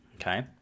okay